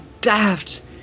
daft